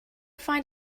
find